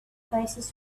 faces